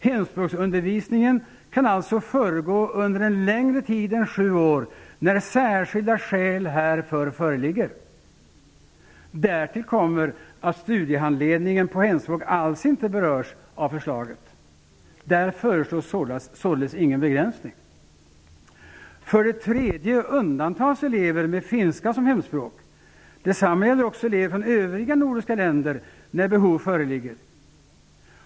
Hemspråksundervisningen kan alltså föregå under en längre tid än sju år när särskilda skäl härför föreligger. Därtill kommer att studiehandledningen på hemspråk alls inte berörs av förslaget. Där föreslås således ingen begränsning. För det tredje undantas elever med finska som hemspråk. Detsamma gäller elever från övriga nordiska länder när behov föreligger.